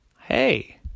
Hey